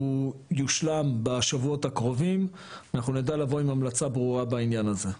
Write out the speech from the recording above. והוא יושלם בשבועות הקרובים ואנחנו נדע לבוא עם המלצה ברורה בעניין הזה.